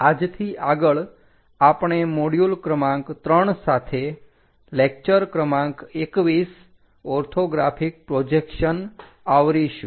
આજથી આગળ આપણે મોડ્યુલ ક્રમાંક 3 સાથે લેકચર ક્રમાંક 21 ઓર્થોગ્રાફિક પ્રોજેકશન્સ આવરીશું